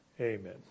Amen